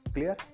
Clear